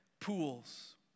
pools